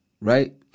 right